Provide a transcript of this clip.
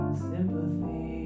sympathy